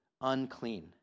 unclean